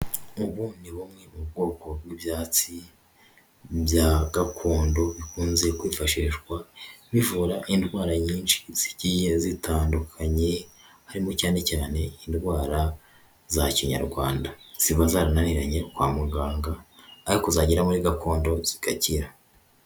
Ubu ni bumwe mu bwoko bw'ibyatsi bya gakondo bikunze kwifashishwa bivura indwara nyinshi zigiye zitandukanye, harimo cyane cyane indwara za kinyarwanda, ziba zaraniranye kwa muganga, ariko zagera muri gakondo zigakira.